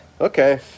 okay